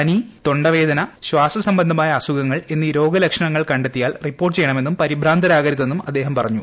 പനി തൊണ്ടവേദന ശ്വാസ സംബന്ധമായ അസുഖങ്ങൾ എന്നീ രോഗലക്ഷണങ്ങൾ കണ്ടെത്തിയാൽ റിപ്പോർട്ട് ചെയ്യണമെന്നും പരിഭ്രാന്തരാകരുതെന്നും അദ്ദേഹം പറഞ്ഞു